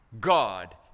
God